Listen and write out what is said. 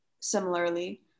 similarly